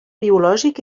biològic